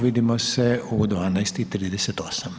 Vidimo se u 12,38.